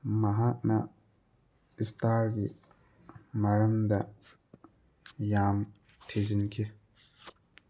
ꯃꯍꯥꯛꯅ ꯏꯁꯇꯥꯔꯒꯤ ꯃꯔꯝꯗ ꯌꯥꯝ ꯊꯤꯖꯤꯟꯈꯤ